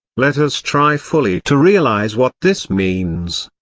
let us try fully to realise what this means.